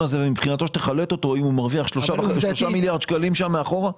הזה ומבחינתנו שתחלט אותו אם הוא מרוויח 3 מיליארד שקלים מאחורה?